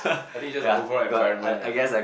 I think it's just the overall environment ya